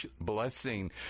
blessing